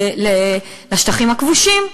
לשטחים הכבושים,